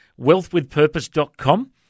wealthwithpurpose.com